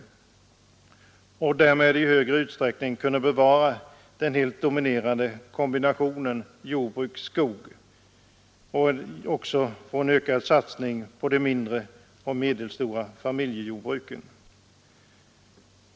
Det är önskvärt att i större utsträckning bevara den dominerande kom binationen jordoch skogsbruk och att satsa mera på de mindre och medelstora familjejordbruken.